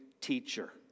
teacher